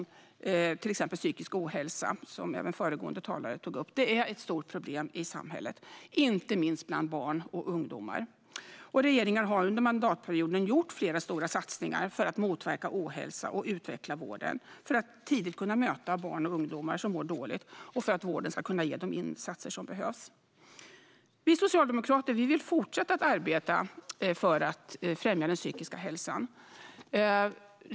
Psykisk ohälsa är ett stort problem i samhället, inte minst bland barn och ungdomar. Regeringen har under mandatperioden gjort flera stora satsningar för att motverka ohälsan och utveckla vården för att tidigt kunna möta barn och ungdomar som mår dåligt och för att vården ska kunna ge de insatser som behövs. Vi socialdemokrater vill fortsätta att arbeta för att främja den psykiska hälsan.